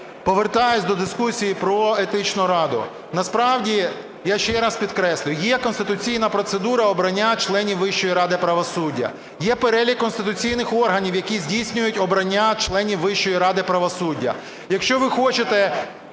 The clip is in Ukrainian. Повертаюсь до дискусії про Етичну раду. Насправді, я ще раз підкреслю, є конституційна процедура обрання членів Вищої ради правосуддя, є перелік конституційних органів, які здійснюють обрання членів Вищої ради правосуддя. Якщо ви хочете